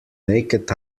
naked